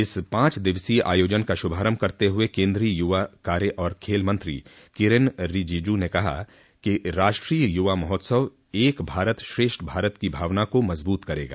इस पांच दिवसीय आयोजन का शुभारंभ करते हुए केन्द्रीय युवा कार्य और खेल मंत्री किरेन रिजिजू ने कहा कि राष्ट्रीय युवा महोत्सव एक भारत श्रेष्ठ भारत की भावना को मजबूत करेगा